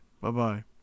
Bye-bye